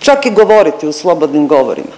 čak i govoriti u slobodnim govorima.